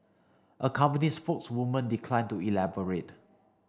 a company spokeswoman declined to elaborate